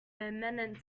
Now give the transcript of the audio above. imminent